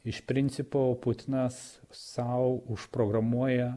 iš principo putinas sau užprogramuoja